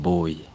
Boy